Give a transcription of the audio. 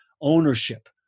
ownership